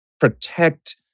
protect